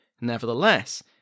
Nevertheless